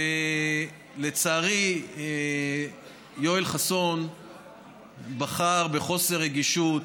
ולצערי יואל חסון בחר בחוסר רגישות,